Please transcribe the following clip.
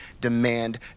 demand